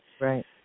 Right